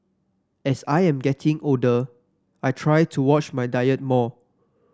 as I am getting older I try to watch my diet more